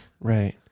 Right